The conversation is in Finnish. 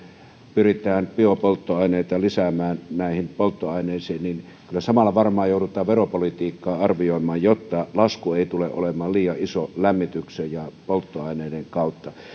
pyritään biopolttoaineita lisäämään näihin polttoaineisiin niin kyllä samalla varmaan joudutaan veropolitiikkaa arvioimaan jotta lasku ei tule olemaan liian iso lämmityksen ja polttoaineiden kautta